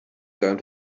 going